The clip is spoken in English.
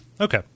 Okay